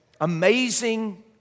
amazing